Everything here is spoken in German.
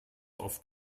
oft